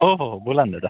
हो हो हो बोला ना दादा